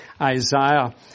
Isaiah